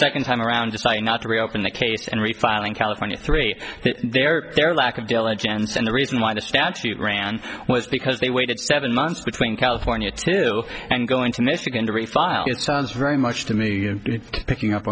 second time around deciding not to reopen the case and refiling california three there their lack of diligence and the reason why the statute ran was because they waited seven months between california to and go into michigan to refile it sounds very much to me picking up